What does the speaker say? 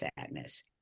sadness